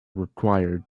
required